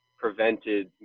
prevented